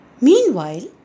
Meanwhile